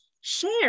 Share